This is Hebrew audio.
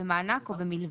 במענק או במלווה.